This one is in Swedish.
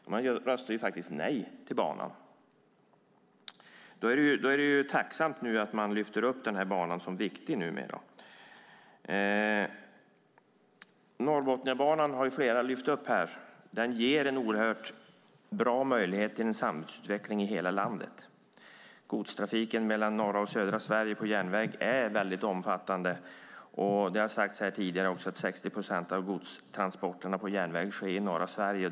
De röstade faktiskt nej till banan. Det är då tacksamt att de nu lyfter upp banan som viktig. Flera har här lyft fram Norrbotniabanan. Den ger en oerhört bra möjlighet till en samhällsutveckling i hela landet. Godstrafiken mellan norra och södra Sverige på järnväg är väldigt omfattande. Det har också sagts här tidigare att 60 procent av godstransporterna sker i norra Sverige.